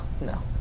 no